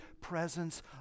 presence